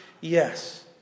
Yes